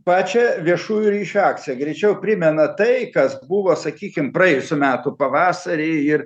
pačią viešųjų ryšių akciją greičiau primena tai kas buvo sakykim praėjusių metų pavasarį ir